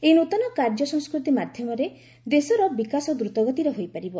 ଏହି ନୂତନ କାର୍ଯ୍ୟ ସଂସ୍କୃତି ମାଧ୍ୟମରେ ଦେଶର ବିକାଶ ଦ୍ରତଗତିରେ ହୋଇପାରିବ